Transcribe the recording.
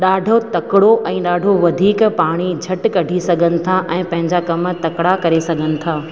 ॾाढो तकिड़ो ऐं ॾाढो वधीक पाणी झटि कढी सघनि था ऐं पंहिंजा कम तकिड़ा करे सघनि था